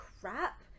crap